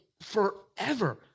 forever